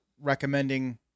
recommending